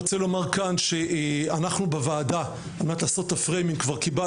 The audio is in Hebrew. מ-2016 הרשויות המקומיות.